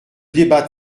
débat